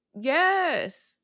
Yes